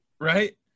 right